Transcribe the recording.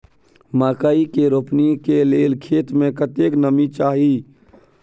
मकई के रोपनी के लेल खेत मे कतेक नमी चाही?